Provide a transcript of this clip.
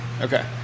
Okay